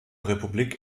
republik